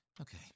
Okay